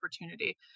opportunity